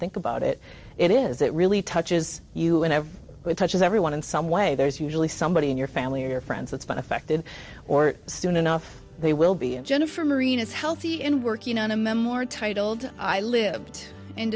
think about it it is it really touches you and have it touches everyone in some way there's usually somebody in your family or friends that's been affected or soon enough they will be jennifer marina's healthy in working on a memoir titled i lived in